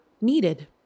needed